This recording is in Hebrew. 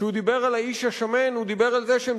כשהוא דיבר על "האיש השמן" הוא דיבר על זה שהם